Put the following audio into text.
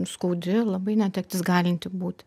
skaudi labai netektis galinti būti